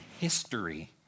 history